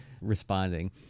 responding